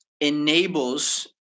enables